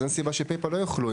אז אין סיבה ש"פייפאל" לא יוכלו,